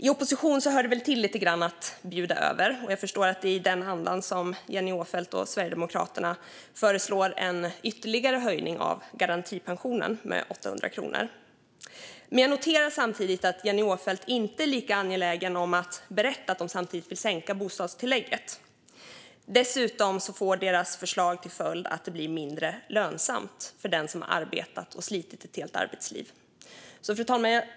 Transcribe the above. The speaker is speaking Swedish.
I opposition hör det väl lite grann till att bjuda över. Jag förstår att det är i den andan som Jennie Åfeldt och Sverigedemokraterna föreslår en ytterligare höjning av garantipensionen med 800 kronor. Jag noterar dock samtidigt att Jennie Åfeldt inte är lika angelägen om att berätta att de samtidigt vill sänka bostadstillägget. Dessutom får deras förslag till följd att det blir mindre lönsamt för den som arbetat och slitit ett helt arbetsliv. Fru talman!